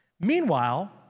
Meanwhile